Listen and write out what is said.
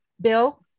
Bill